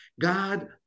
God